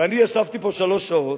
ואני ישבתי פה שלוש שעות,